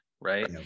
right